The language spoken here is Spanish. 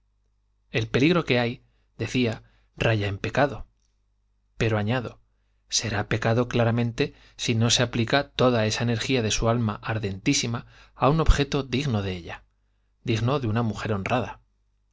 el peligro que hay decía raya en pecado pero añado será pecado claramente si no se aplica toda esa energía de su alma ardentísima a un objeto digno de ella digno de una mujer honrada